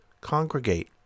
congregate